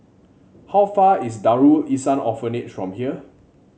how far away is Darul Ihsan Orphanage from here